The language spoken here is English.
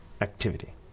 activity